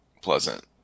pleasant